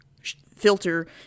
filter